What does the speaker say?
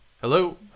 Hello